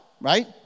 right